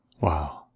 Wow